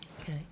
Okay